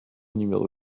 numéro